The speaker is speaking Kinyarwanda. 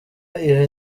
iha